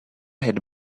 had